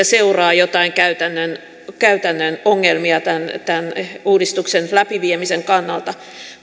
seuraa joitain käytännön käytännön ongelmia tämän tämän uudistuksen läpiviemisen kannalta